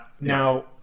Now